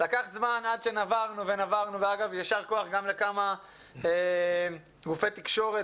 לקח זמן עד שנברנו, יישר כוח גם לכמה גופי תקשורת